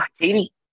Katie